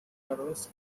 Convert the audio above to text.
nervous